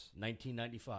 1995